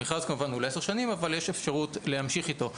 המכרז הוא לעשר שנים אבל יש אפשרות להמשיך איתו,